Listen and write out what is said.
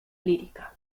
lírica